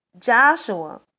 Joshua